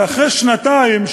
ואחרי שנתיים,